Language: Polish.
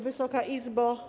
Wysoka Izbo!